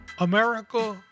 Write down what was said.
America